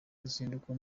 ruzinduko